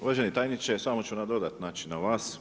Uvaženi tajniče, samo ću nadodati na vas.